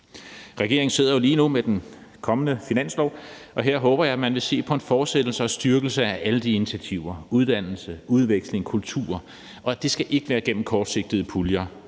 Regeringen sidder lige nu med den kommende finanslov, og her håber jeg at man vil se på en fortsættelse og en styrkelse af alle de initiativer med uddannelse, udveksling og kultur. Det skal ikke være gennem kortsigtede puljer